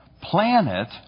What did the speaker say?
planet